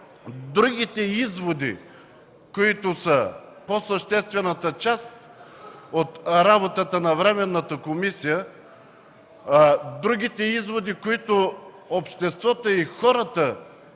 Другите изводи, които са по-съществената част от работата на Временната комисия, другите изводи, които обществото, хората